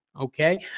okay